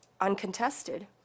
uncontested